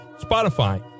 Spotify